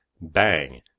Bang